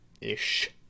ish